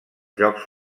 jocs